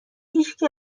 هیچکی